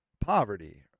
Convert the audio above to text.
poverty